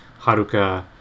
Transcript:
Haruka